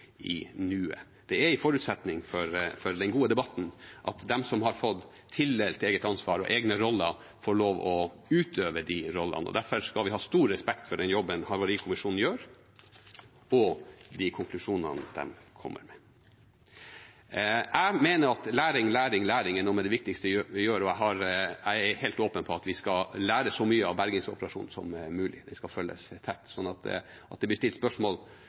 i nuet. Det er en forutsetning for den gode debatten at de som har fått tildelt eget ansvar og egne roller, får lov til å utøve de rollene. Derfor skal vi ha stor respekt for den jobben Statens havarikommisjon gjør, og de konklusjonene de kommer med. Jeg mener at læring, læring, læring er noe av det viktigste vi gjør, og jeg er helt åpen på at vi skal lære så mye av bergingsoperasjonen som mulig, den skal følges tett. Så at det